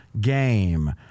game